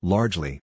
Largely